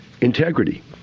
integrity